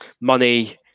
money